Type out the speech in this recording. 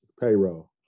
payroll